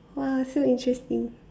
!wah! so interesting